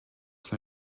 son